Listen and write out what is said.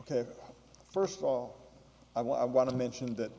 ok first of all i want to mention that